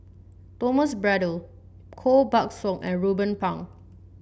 Thomas Braddell Koh Buck Song and Ruben Pang